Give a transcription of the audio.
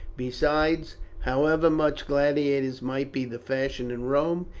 besides, however much gladiators might be the fashion in rome,